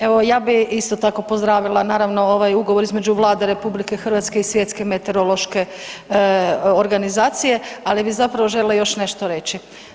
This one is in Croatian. Evo ja bi isto tako pozdravila naravno ovaj ugovor između Vlade RH i Svjetske meteorološke organizacije, ali bi zapravo želila još nešto reći.